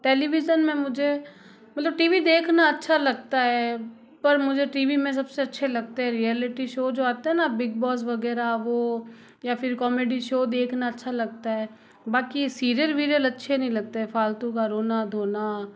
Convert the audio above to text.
television में मुझे मतलब टी वी देखना अच्छा लगता है पर मुझे टी वी में सबसे अच्छे लगते रियलिटी शो जो आते हैं ना बिग बॉस वगैरह वो या फिर कॉमेडी शो देखना अच्छा लगता है बाकी सिरियल विरियल अच्छे नहीं लगते फालतू का रोना धोना